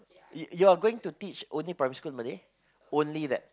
you you are going to teach only primary school Malay only that